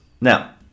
Now